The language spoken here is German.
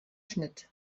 schnitt